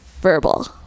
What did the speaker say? verbal